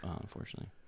Unfortunately